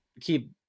Keep